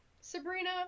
Sabrina